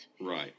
Right